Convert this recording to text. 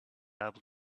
able